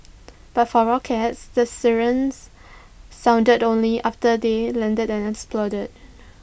but for rockets the sirens sounded only after they landed and exploded